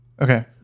Okay